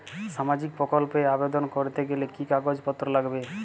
সামাজিক প্রকল্প এ আবেদন করতে গেলে কি কাগজ পত্র লাগবে?